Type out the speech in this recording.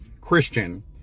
Christian